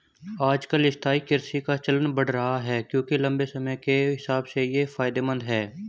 आजकल स्थायी कृषि का चलन बढ़ रहा है क्योंकि लम्बे समय के हिसाब से ये फायदेमंद है